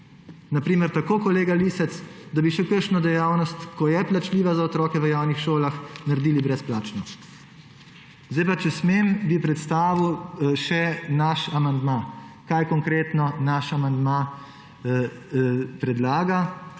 Na primer tako, kolega Lisec, da bi še kakšno dejavnost, ki je plačljiva za otroke v javnih šolah, naredili brezplačno. Zdaj pa, če smem, bi predstavil še naš amandma, kaj konkretno naš amandma predlaga.